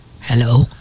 Hello